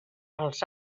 als